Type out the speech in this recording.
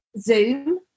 Zoom